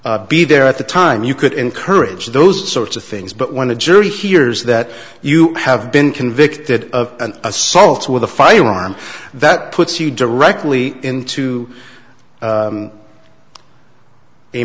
be there at the time you could encourage those sorts of things but when a jury hears that you have been convicted of an assault with a firearm that puts you directly into